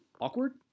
awkward